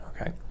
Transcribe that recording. okay